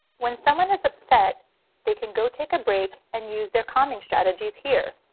when someone is upset they can go take a break and use their calming strategies here.